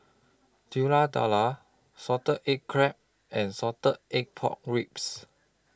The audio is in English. Telur Dadah Salted Egg Crab and Salted Egg Pork Ribs